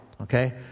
okay